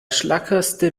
schlackerste